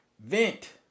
Vent